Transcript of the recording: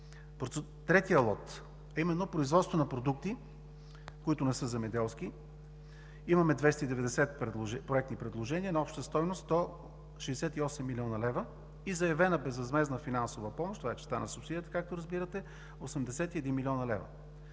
третия лот – производство на продукти, които не са земеделски, имаме 290 проектни предложения на обща стойност 168 млн. лв. и заявена безвъзмездна финансова помощ – това вече е субсидията – 81 млн. лв.